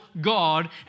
God